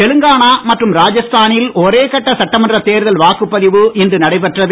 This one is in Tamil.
தெலுங்கானா மற்றும் ராஜஸ்தானில் ஒரேகட்ட சட்டமன்ற தேர்தல் வாக்குப்பதிவு இன்று நடைபெற்றது